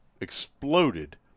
exploded